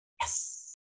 Yes